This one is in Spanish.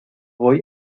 voy